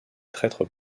traîtres